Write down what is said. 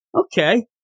okay